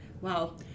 Wow